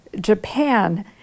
Japan